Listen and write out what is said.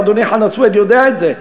ואדוני חנא סוייד יודע את זה,